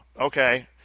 okay